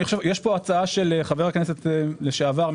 יש הצעה של חבר הכנסת לשעבר,